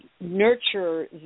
nurture